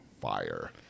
fire